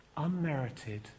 unmerited